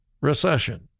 recession